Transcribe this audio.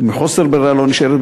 ומחוסר ברירה לא נשארת